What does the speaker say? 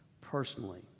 personally